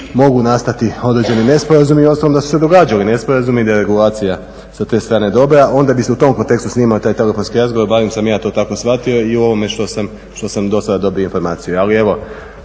mogu nastati određeni nesporazumi, uostalom da su se događali nesporazumi i da je regulacija sa te strane dobra, onda bi se u tom kontekstu snimao taj telefonski razgovor. Barem sam ja to tako shvatio i u ovome što sam do sada dobio informaciju.